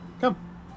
come